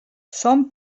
son